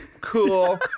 cool